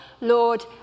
Lord